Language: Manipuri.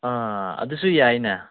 ꯑꯥ ꯑꯗꯨꯁꯨ ꯌꯥꯏꯅꯦ